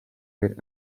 with